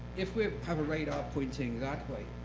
if we have a radar pointing that way,